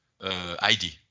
ID